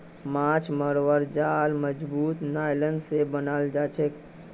माछ मरवार जाल मजबूत नायलॉन स बनाल जाछेक